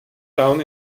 town